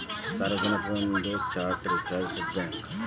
ಸಾರ್ವಜನಿಕ ಬ್ಯಾಂಕ್ ಒಂದ chartered depository bank